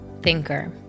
thinker